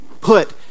put